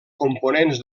components